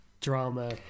drama